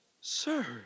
Sir